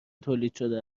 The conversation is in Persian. تولیدشده